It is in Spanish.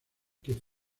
que